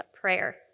prayer